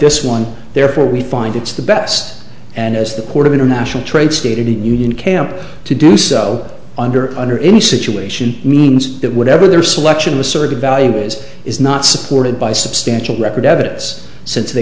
this one therefore we find it's the best and as the court of international trade stated the union camp to do so under under any situation means that whatever their selection asserted value is is not supported by substantial record evidence since they